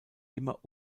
immer